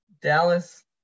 Dallas